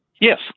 Yes